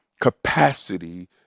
capacity